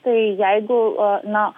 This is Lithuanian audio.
tai jeigu a na